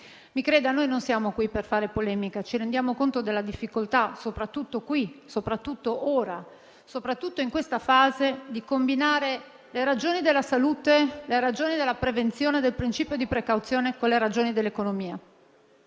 Mi creda, noi non siamo qui per fare polemica e ci rendiamo conto della difficoltà, soprattutto qui, soprattutto ora, soprattutto in questa fase, di combinare le ragioni della salute, della prevenzione e del principio di precauzione con le ragioni dell'economia.